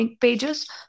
pages